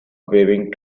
waving